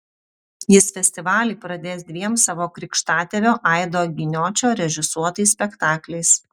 jis festivalį pradės dviem savo krikštatėvio aido giniočio režisuotais spektakliais